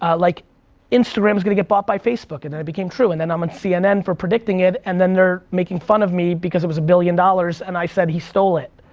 ah like instagram is gonna get bought by facebook, and that became true, and then i'm on cnn for predicting it and then they're making fun of me because it was a billion dollars and i said he stole it.